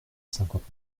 cinquante